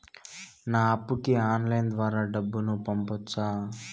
నా అప్పుకి ఆన్లైన్ ద్వారా డబ్బును పంపొచ్చా